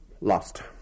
lost